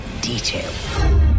detail